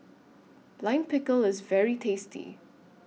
Lime Pickle IS very tasty